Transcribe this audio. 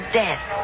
death